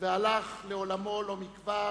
והלך לעולמו לא מכבר